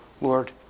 Lord